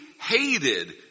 hated